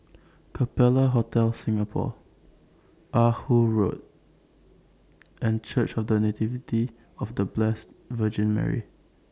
Capella Hotel Singapore Ah Hood Road and Church of The Nativity of The Blessed Virgin Mary